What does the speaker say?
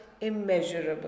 immeasurable